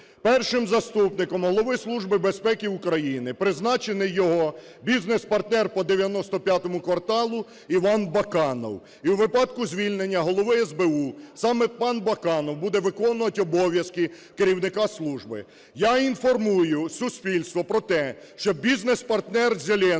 Першим заступником Голови Служби безпеки України призначений його бізнес-партнер по "95 Кварталу" Іван Баканов. І у випадку звільнення Голови СБУ саме пан Баканов буде виконувати обов’язки керівника служби. Я інформую суспільство про те, що бізнес-партнер Зеленського